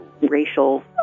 Racial